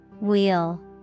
Wheel